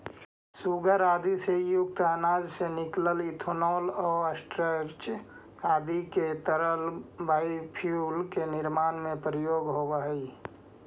सूगर आदि से युक्त अनाज से निकलल इथेनॉल आउ स्टार्च इत्यादि के तरल बायोफ्यूल के निर्माण में प्रयोग होवऽ हई